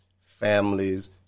families